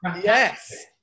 yes